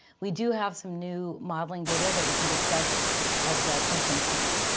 we do have some new modeling data that we can discuss as questions come in.